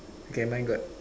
okay mine got